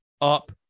up